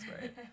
right